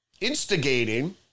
instigating